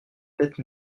tête